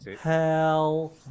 Hell